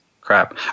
Crap